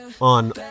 on